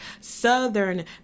Southern